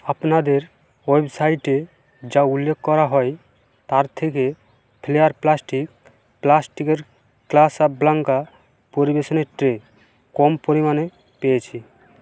আপনাদের ওয়েবসাইটে যা উল্লেখ করা হয় তার থেকে ফ্লেয়ার প্লাস্টিক প্লাস্টিকের ক্লাসা ব্ল্যাঙ্কা পরিবেশনের ট্রে কম পরিমাণে পেয়েছি